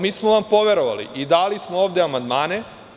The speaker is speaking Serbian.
Mi smo vam poverovali i dali smo ovde amandmane.